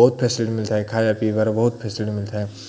ବହୁତ ଫେସିଲିଟି ମିଳିଥାଏ ଖାଇବା ପିଇବାର ବହୁତ ଫେସିଲିଟି ମିଳିଥାଏ